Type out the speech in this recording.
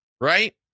right